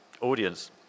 audience